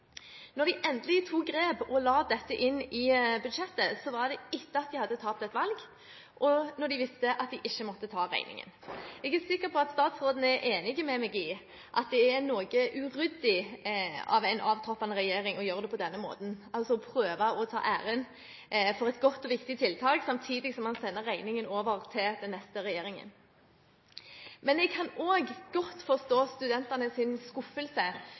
de endelig tok grep og la dette inn i budsjettet, var det etter at de hadde tapt et valg og når de visste at de ikke måtte ta regningen. Jeg er sikker på at statsråden er enig med meg i at det er noe uryddig av en avtroppende regjering å gjøre det på denne måten – altså å prøve å ta æren for et godt og viktig tiltak samtidig som man sender regningen over til den neste regjeringen. Men jeg kan òg godt forstå studentenes skuffelse